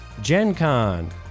GenCon